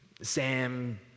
Sam